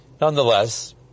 Nonetheless